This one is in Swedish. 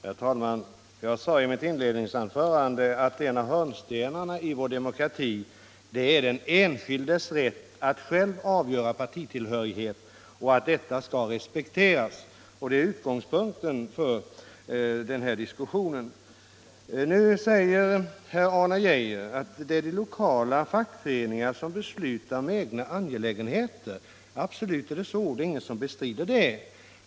Herr talman! Jag sade i mitt inledningsanförande att en av hörnstenarna i vår demokrati är den enskildes rätt att själv avgöra sin partitillhörighet och att detta skall respekteras. Det är utgångspunkten för den här diskussionen. Nu säger herr Arne Geijer att de lokala fackföreningarna beslutar i sina egna angelägenheter. Absolut är det så — ingen bestrider det.